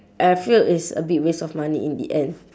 I feel it's a bit waste of money in the end